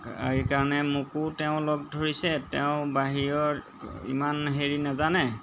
সেইকাৰণে মোকো তেওঁ লগ ধৰিছে তেওঁ বাহিৰৰ ইমান হেৰি নাজানে